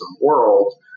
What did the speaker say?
world